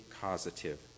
causative